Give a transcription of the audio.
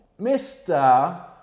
Mr